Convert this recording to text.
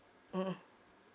mmhmm